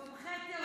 תומכי טרור.